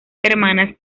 hermanas